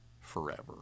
forever